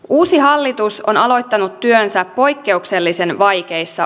uusi hallitus on aloittanut työnsä poikkeuksellisen vaikeissa